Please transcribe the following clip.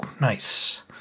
Nice